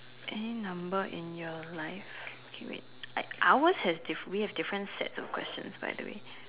any number in your life kay wait like ours have we have different sets of questions by the way